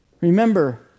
remember